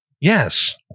Yes